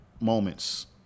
moments